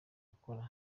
gukora